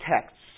texts